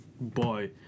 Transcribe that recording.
boy